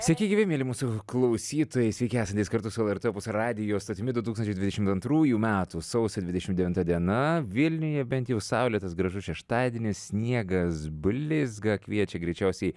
sveiki gyvi mieli mūsų klausytojai sveiki esantys kartu su lrt opus radijo stotimi du tūkstančiai dvidešim antrųjų metų sausio dvidešim devinta diena vilniuje bent jau saulėtas gražus šeštadienis sniegas blizga kviečia greičiausiai